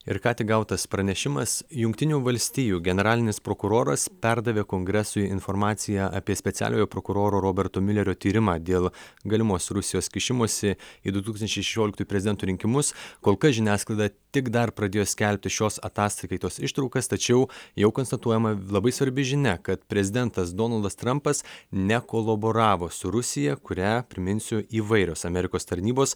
ir ką tik gautas pranešimas jungtinių valstijų generalinis prokuroras perdavė kongresui informaciją apie specialiojo prokuroro roberto miulerio tyrimą dėl galimos rusijos kišimosi į du tūkstančiai šešioliktųjų prezidento rinkimus kol kas žiniasklaida tik dar pradėjo skelbti šios ataskaitos ištraukas tačiau jau konstatuojama labai svarbi žinia kad prezidentas donaldas trampas nekolaboravo su rusija kurią priminsiu įvairios amerikos tarnybos